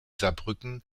saarbrücken